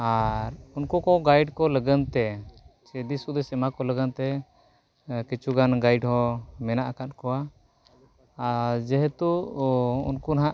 ᱟᱨ ᱩᱱᱠᱩ ᱠᱚ ᱜᱟᱹᱭᱤᱰ ᱠᱚ ᱞᱟᱹᱜᱤᱫᱼᱛᱮ ᱥᱮ ᱫᱤᱥᱼᱦᱩᱫᱤᱥ ᱮᱢᱟᱠᱚ ᱞᱟᱹᱜᱤᱫᱼᱛᱮ ᱠᱤᱪᱷᱩᱜᱟᱱ ᱜᱟᱭᱤᱰ ᱦᱚᱸ ᱢᱮᱱᱟᱜ ᱟᱠᱟᱫ ᱠᱚᱣᱟ ᱟᱨ ᱡᱮᱦᱮᱛᱩ ᱩᱱᱠᱩ ᱱᱟᱦᱟᱜ